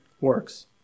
works